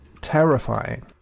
terrifying